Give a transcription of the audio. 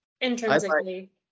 Intrinsically